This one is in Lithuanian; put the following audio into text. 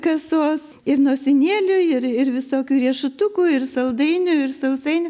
kasos ir nosinėlių ir ir visokių riešutukų ir saldainių ir sausainių